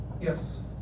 Yes